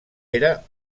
era